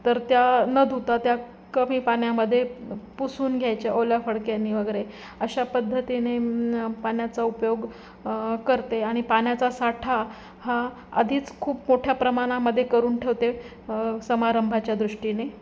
तर त्या न धुता त्या कमी पाण्यामध्ये पुसून घ्यायच्या ओला फडक्यानी वगैरे अशा पद्धतीने पाण्याचा उपयोग करते आणि पाण्याचा साठा हा आधीच खूप मोठ्या प्रमाणामध्ये करून ठेवते समारंभाच्या दृष्टीने